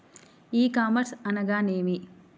ఈ కామర్స్ అనగానేమి?